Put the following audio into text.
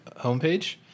Homepage